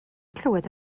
clywed